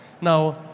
Now